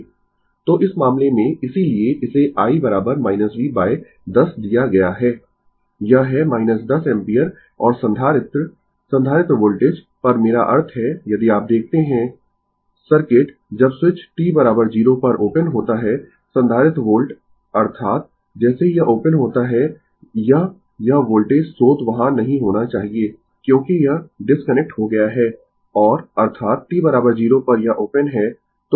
तो इस मामले में इसीलिए इसे i v 10 दिया गया है यह है 10 एम्पीयर और संधारित्र संधारित्र वोल्टेज पर मेरा अर्थ है यदि आप देखते है सर्किट जब स्विच t 0 पर ओपन होता है संधारित्र वोल्ट अर्थात जैसे ही यह ओपन होता है यह यह वोल्टेज स्रोत वहाँ नहीं होना चाहिए क्योंकि यह डिस्कनेक्ट हो गया है और अर्थात t 0 पर यह ओपन है